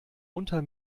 unter